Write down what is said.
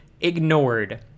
ignored